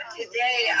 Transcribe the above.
today